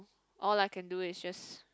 all I can do is just